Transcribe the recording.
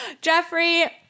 Jeffrey